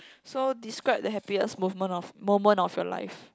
so describe the happiest movement of moment of your life